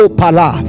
pala